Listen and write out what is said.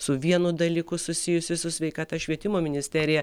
su vienu dalyku susijusi su sveikata švietimo ministerija